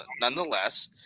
nonetheless